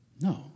No